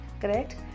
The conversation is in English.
Correct